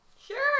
Sure